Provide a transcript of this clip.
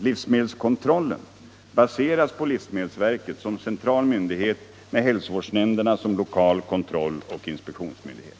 Livsmedelskontrollen baseras på livsmedelsverket som central myndighet med hälsovårdsnämnderna som lokal kontroll och inspektionsmyndighet.